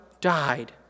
died